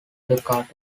dakota